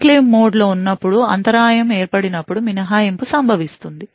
enclave మోడ్లో ఉన్నప్పుడు అంతరాయం ఏర్పడినప్పుడు మినహాయింపు సంభవిస్తుంది